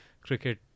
cricket